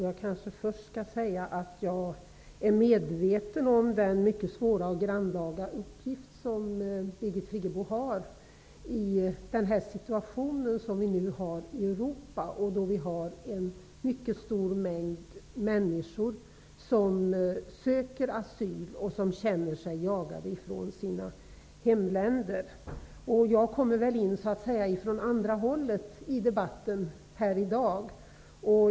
Jag kanske först skall säga att jag är medveten om den mycket svåra och grannlaga uppgift som Birgit Friggebo har i den situation som vi nu har i Europa, då en stor mängd människor söker asyl och känner sig jagade från sina hemländer. Jag kommer in så att säga från andra hållet i debatten.